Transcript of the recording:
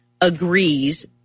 agrees